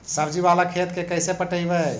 सब्जी बाला खेत के कैसे पटइबै?